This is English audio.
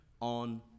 on